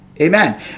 Amen